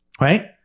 Right